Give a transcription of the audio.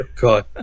God